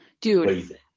Dude